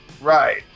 Right